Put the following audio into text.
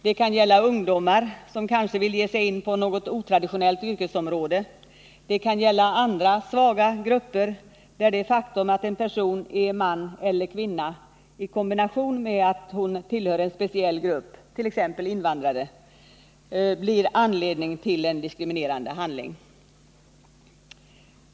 Det kan gälla ungdomar, som kanske vill ge sig in på något otraditionellt yrkesområde, och det kan gälla andra svaga grupper, där det faktum att en person är man eller kvinna i kombination med att hon eller han tillhör en speciell grupp, t.ex. invandrare, blir anledning till en diskriminerande behandling.